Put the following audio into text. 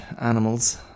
animals